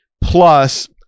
plus